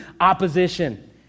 opposition